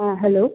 হ্যাঁ হ্যালো